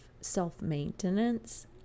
self-maintenance